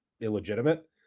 illegitimate